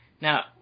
Now